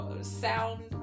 sound